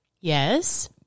Yes